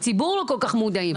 בציבור לא כל כך מודעים.